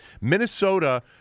Minnesota